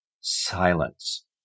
silence